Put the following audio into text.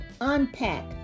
unpack